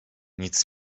nic